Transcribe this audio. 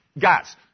guys